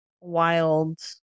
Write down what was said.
wild